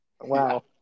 Wow